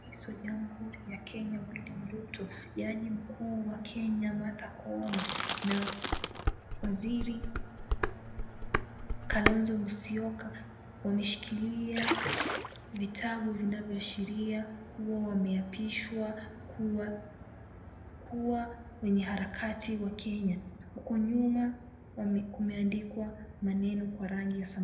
Rais wa Jamhuri ya Kenya William Ruto, jaji mkuu wa Kenya Martha Koome na waziri Kalonzo Musyoka, wameshikilia vitabu vinavyoashiria kuwa wameapishwa kuwa wenye harakati wa Kenya huko nyuma kumeandikwa maneno kwa rangi ya samawati.